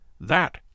That